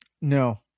No